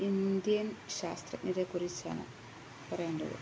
Indian ശാസ്ത്രജ്ഞരെക്കുറിച്ചാണ് പറയേണ്ടത്